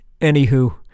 Anywho